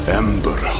ember